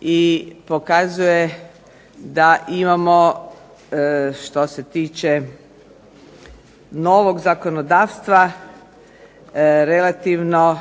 i pokazuje da imamo što se tiče novog zakonodavstva relativno